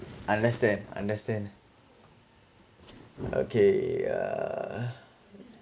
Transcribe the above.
understand understand okay uh